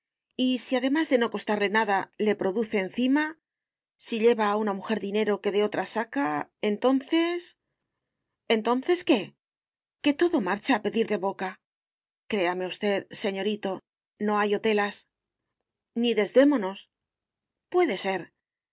y si además de no costarle nada le produce encima si lleva a una mujer dinero que de otra saca entonces entonces qué que todo marcha a pedir de boca créame usted señorito no hay otelas ni desdémonos puede ser pero